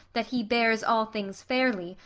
that he bears all things fairly,